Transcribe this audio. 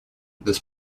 this